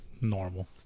normal